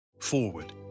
Forward